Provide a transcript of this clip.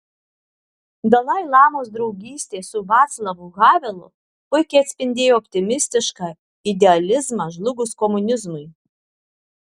dalai lamos draugystė su vaclavu havelu puikiai atspindėjo optimistišką idealizmą žlugus komunizmui